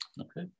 okay